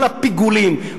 כל הפיגולים,